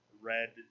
red